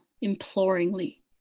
imploringly